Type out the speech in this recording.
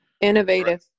Innovative